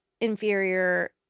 inferior